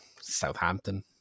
Southampton